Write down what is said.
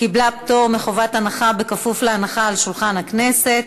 קיבלה פטור מחובת הנחה בכפוף להנחה על שולחן הכנסת.